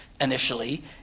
initially